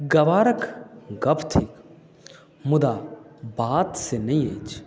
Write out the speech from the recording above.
गवारक गप थिक मुदा बात से नहि अछि